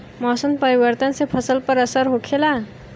मौसम परिवर्तन से फसल पर का असर होखेला?